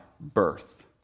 birth